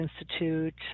Institute